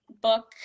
book